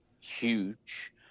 huge